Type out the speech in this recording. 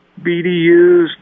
BDUs